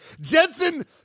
Jensen